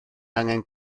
angen